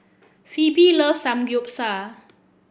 Phoebe loves Samgeyopsal